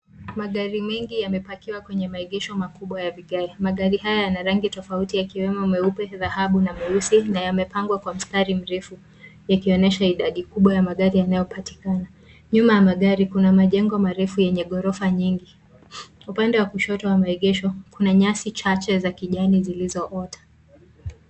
Magari mengi yamepakiwa kwenye maegesho kubwa ya magari, magari haya ya rangi tofauti yakiwemo meupe dhahabu na meusi na yamepangwa kwa mstari mrefu yakionyesha idadi kubwa ya magari yanayopatikana nyuma ya magari kuna majengo marefu yenye gorofa nyingi upande wa ushoto wa maegesho kuna nyasi chache za kijani zilizoota.